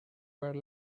where